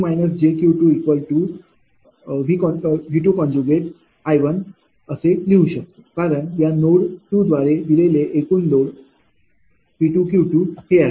म्हणूनच 𝑃−𝑗𝑄V𝐼 असे लिहू शकतो कारण या नोड 2 द्वारे दिलेले एकूण लोड 𝑃𝑄 हे आहे